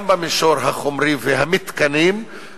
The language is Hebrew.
גם במישור החומרי והמתקנים,